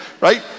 right